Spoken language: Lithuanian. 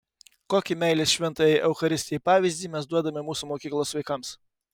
kokį meilės šventajai eucharistijai pavyzdį mes duodame mūsų mokyklos vaikams